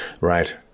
Right